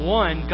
one